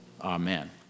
Amen